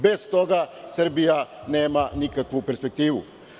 Bez toga Srbija nema nikakvu perspektivu.